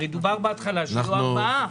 הרי דובר בהתחלה שיהיו ארבעה.